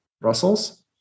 Brussels